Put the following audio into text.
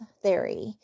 theory